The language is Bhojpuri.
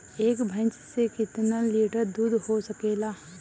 एक भइस से कितना लिटर दूध हो सकेला?